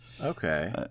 Okay